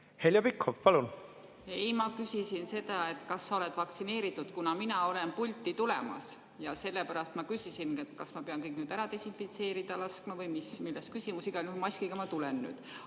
Heljo Pikhof, palun! Ei, ma küsisin seda, et kas sa oled vaktsineeritud, kuna mina olen pulti tulemas. Ja sellepärast ma küsisingi, kas ma pean kõik nüüd ära desinfitseerida laskma või mis, milles küsimus. Igal juhul maskiga ma tulen nüüd.